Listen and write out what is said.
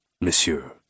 monsieur